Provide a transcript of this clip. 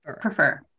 Prefer